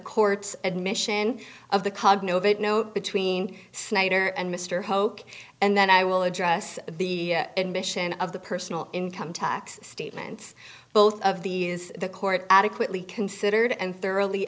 court's admission of the cognitive it no between snyder and mr hoke and then i will address the admission of the personal income tax statements both of these the court adequately considered and thoroughly